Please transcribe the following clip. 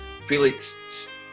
Felix